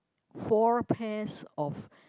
four pairs of